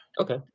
Okay